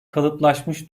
kalıplaşmış